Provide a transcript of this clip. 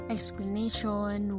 Explanation